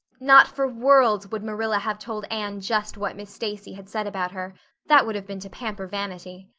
not for worlds would marilla have told anne just what miss stacy had said about her that would have been to pamper vanity.